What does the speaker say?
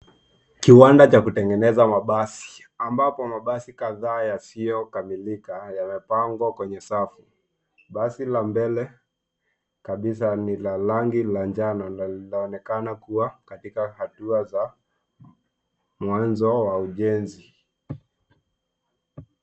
Kiwanda cha kutengeneza mabasi ambapo mabasi kadhaa yasiyokamilika yamepangwa kwenye safu. Basi la mbele kabisa ni la rangi ya njano na linaonekana kuwa katika hatua za mwanzo wa ujenzi.